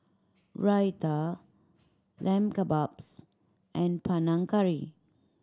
Raita Lamb Kebabs and Panang Curry